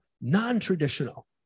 non-traditional